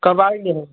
कब आयें देने